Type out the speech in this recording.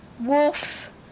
wolf